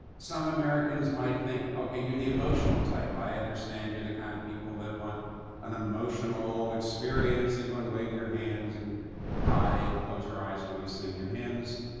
some americans might think, okay, you're the emotional type. i understand you're the kind of people that want an emotional experience, and you want to wave your hands, and cry, and close your eyes when you sing your hymns.